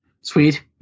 Sweet